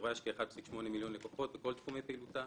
לחברה יש 1.8 מיליון לקוחות בכל תחומי פעילותה.